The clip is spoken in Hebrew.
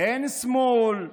אין שמאל,